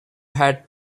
had